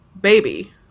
baby